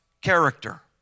character